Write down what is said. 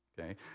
Okay